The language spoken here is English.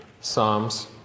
Psalms